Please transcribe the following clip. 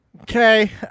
Okay